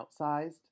outsized